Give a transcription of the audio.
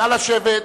נא לשבת.